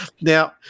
Now